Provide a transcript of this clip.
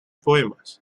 poemas